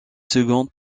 seconde